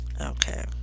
Okay